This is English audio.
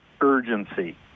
urgency